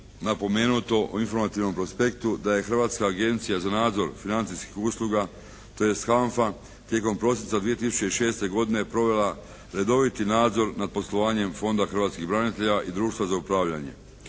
napomenuto u informativnom prospektu da je Hrvatska agencija za nadzor financijskih usluga tj. HANFA tijekom prosinca 2006. godine provela redoviti nadzor nad poslovanjem Fonda hrvatskih branitelja i društva za upravljanje.